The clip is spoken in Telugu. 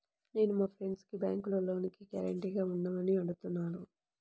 నేను మా ఫ్రెండ్సుని బ్యేంకులో లోనుకి గ్యారంటీగా ఉండమని అడుగుతున్నాను